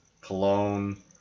Cologne